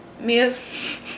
Mia's